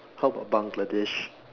how about Bangladesh